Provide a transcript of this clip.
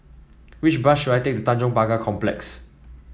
which bus should I take to Tanjong Pagar Complex